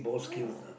no